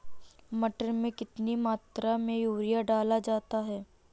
मटर में कितनी मात्रा में यूरिया डाला जाता है?